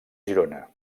girona